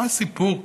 מה הסיפור כאן?